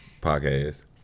podcast